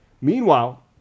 meanwhile